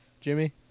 Jimmy